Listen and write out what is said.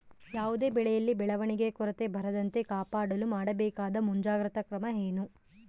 ಯಾವುದೇ ಬೆಳೆಯಲ್ಲಿ ಬೆಳವಣಿಗೆಯ ಕೊರತೆ ಬರದಂತೆ ಕಾಪಾಡಲು ಮಾಡಬೇಕಾದ ಮುಂಜಾಗ್ರತಾ ಕ್ರಮ ಏನು?